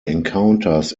encounters